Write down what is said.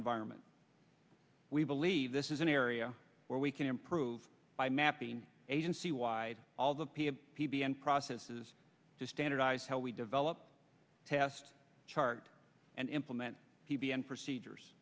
environment we believe this is an area where we can improve by mapping agency wide all the p p b and processes to standardize how we develop test chart and implement p b m procedures